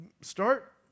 start